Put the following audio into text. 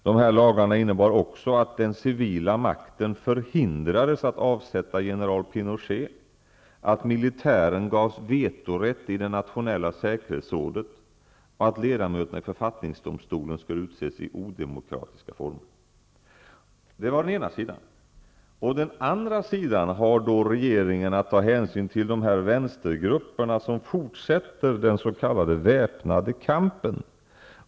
De här lagarna innebar också att den civila makten förhindrades att avsätta general Pinochet, att militären gavs vetorätt i det nationella säkerhetsrådet och att ledamöterna i författningsdomstolen skall utses i odemokratiska former. Den var den ena sidan. Å den andra sidan har regeringen att ta hänsyn till de vänstergrupper som fortsätter den s.k. väpnade kampen.